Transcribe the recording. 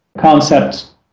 concepts